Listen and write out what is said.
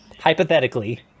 hypothetically